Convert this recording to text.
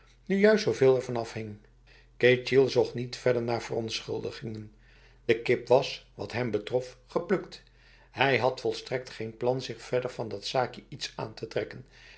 nu juist zoveel ervan afhing ketjil zocht niet verder naar verontschuldigingen de kip was wat hem betrof geplukt hij had volstrekt geen plan zich verder van dat zaakje iets aan te trekken